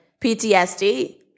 PTSD